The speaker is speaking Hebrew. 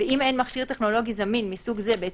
ואם אין מכשיר טכנולוגי זמין מסוג זה בעת